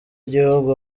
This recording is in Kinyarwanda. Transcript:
gihugu